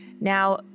Now